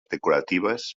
decoratives